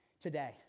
today